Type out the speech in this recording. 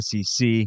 SEC